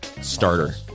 Starter